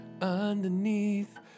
Underneath